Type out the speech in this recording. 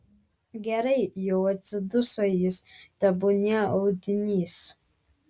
gerai jau atsiduso jis tebūnie audinys